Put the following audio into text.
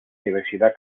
universidad